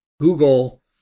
google